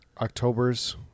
October's